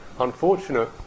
unfortunate